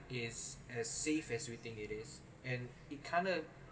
is as safe as we think it is and it kinda